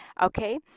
Okay